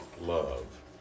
Love